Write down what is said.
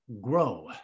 grow